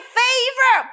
favor